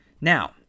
Now